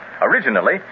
Originally